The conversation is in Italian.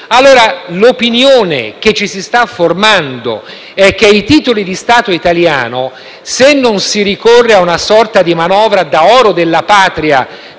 L'opinione che ci si sta formando per i titoli di Stato italiano è che, se non si ricorre a una sorta di manovra da oro alla Patria